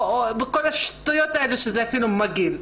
בכל השטויות האלה שזה אפילו מגעיל.